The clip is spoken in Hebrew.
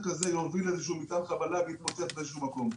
כזה יוביל מטען חבלה ויתפוצץ באיזשהו מקום?